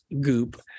goop